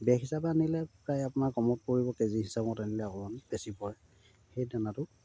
বেগ হিচাপে আনিলে প্ৰায় আপোনাৰ কমত পৰিব কেজি হিচাপত আনিলে অকণমান বেছি পৰে সেই দানাটো